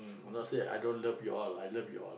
I'm not say I don't love you all I love you all